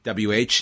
WH